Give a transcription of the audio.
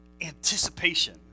anticipation